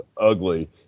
ugly